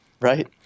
Right